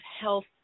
health